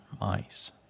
mice